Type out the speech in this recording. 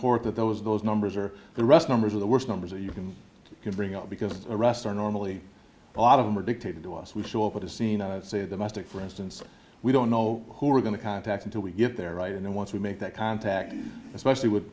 court that those those numbers are the rest numbers of the worst numbers that you can bring up because arrests are normally a lot of them are dictated to us we show up at the scene say the mastic for instance we don't know who we're going to contact until we get there right and then once we make that contact especially with